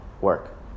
work